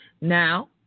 Now